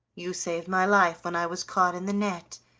you saved my life when i was caught in the net,